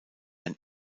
ein